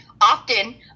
Often